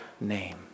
name